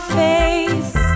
face